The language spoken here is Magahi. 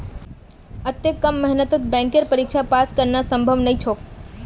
अत्ते कम मेहनतत बैंकेर परीक्षा पास करना संभव नई छोक